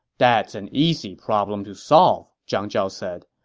that's an easy problem to solve, zhang zhao said.